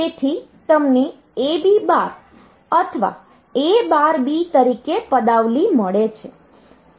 તેથી તમને AB bar અથવા A બાર B તરીકે પદાવલિ મળે છે